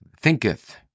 Thinketh